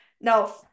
now